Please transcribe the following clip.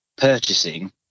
purchasing